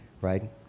right